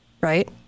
right